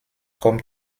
comme